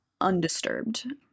undisturbed